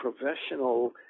professional